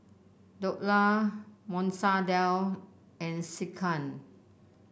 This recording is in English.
Dhokla Masoor Dal and Sekihan